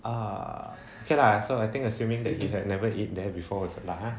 ah okay lah so I think assuming that we had never eat there before also lah !huh!